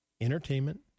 Entertainment